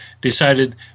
decided